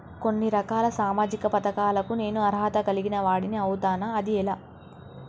కొన్ని రకాల సామాజిక పథకాలకు నేను అర్హత కలిగిన వాడిని అవుతానా? అది ఎలా?